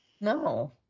No